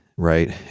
right